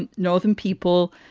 and northern people.